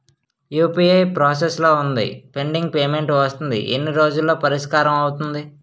UPI process లో వుంది pending payment వస్తుంది ఎన్ని రోజుల్లో పరిష్కారం అవుతుంది